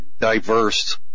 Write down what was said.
diverse